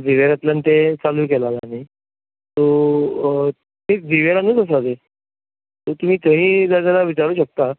झेवियरातल्यान तें चालू केलां ताणी सो झेवियरानूच आसा आजून सो तुमी थंय जाय जाल्यार विचारूं शकतात